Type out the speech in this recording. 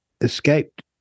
escaped